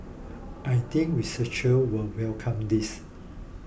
I think researchers will welcome this